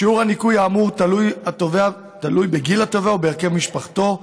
שיעור הניכוי האמור תלוי בגיל התובע ובהרכב משפחתו,